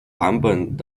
版本